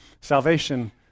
salvation